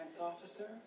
officer